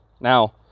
Now